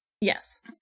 Yes